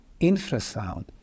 infrasound